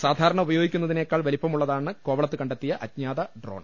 സാധാരണ് ഉപയോഗിക്കുന്നതിനേക്കാൾ വലുപ്പമുള്ളതാണ് കോവളത്ത് ക്ണ്ടെത്തിയ അജ്ഞാത ഡ്രോൺ